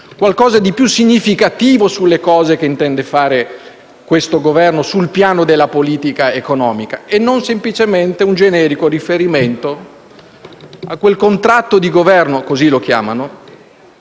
qualcosa di più significativo sulle cose che intende fare questo Governo sul piano della politica economica, e non semplicemente un generico riferimento a quel contratto di Governo - così lo chiamano